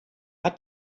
hat